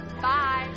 Bye